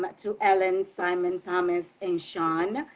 but to ellen, simon, thomas, and sean.